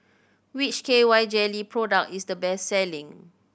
which K Y Jelly product is the best selling